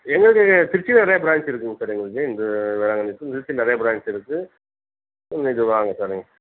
எங்களுக்கு திருச்சியில் நிறையா ப்ரான்ச் இருக்குதுங்க சார் எங்களுக்கு இந்த வேளாங்கண்ணி இருக்குது திருச்சியில் நிறையா ப்ரான்ச் இருக்குது நீங்கள் வாங்க சார் நீங்கள்